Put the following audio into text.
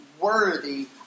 worthy